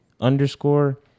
underscore